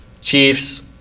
Chiefs